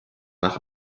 nach